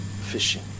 fishing